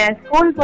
school